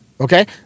Okay